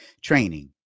training